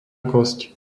kosť